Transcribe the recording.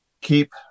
Keep